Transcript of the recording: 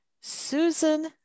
Susan